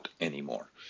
anymore